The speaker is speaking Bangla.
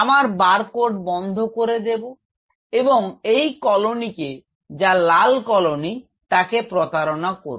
আমার বারকোড বন্ধও করে দেব এবং এই কলোনিকে যা লাল কলোনি তাকে প্রতারণা করব